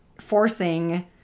forcing